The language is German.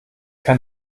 kann